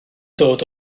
dod